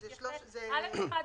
ו-(2).